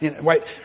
right